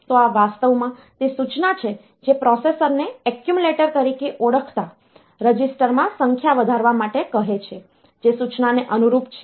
તો આ વાસ્તવમાં તે સૂચના છે જે પ્રોસેસર ને એક્યુમ્યુલેટર તરીકે ઓળખાતા રજીસ્ટરમાં સંખ્યા વધારવા માટે કહે છે જે સૂચનાને અનુરૂપ છે